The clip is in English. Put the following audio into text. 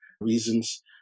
reasons